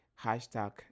hashtag